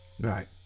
Right